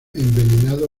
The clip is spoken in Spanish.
envenenado